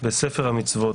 בספר המצוות,